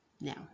Now